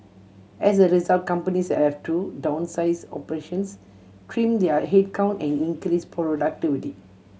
as a result companies have to downsize operations trim their headcount and increase productivity